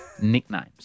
Nicknames